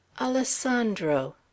Alessandro